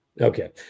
Okay